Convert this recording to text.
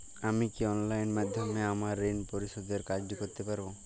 আমি কি অনলাইন মাধ্যমে আমার ঋণ পরিশোধের কাজটি করতে পারব?